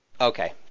Okay